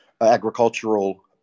agricultural